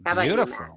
Beautiful